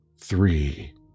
Three